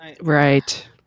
right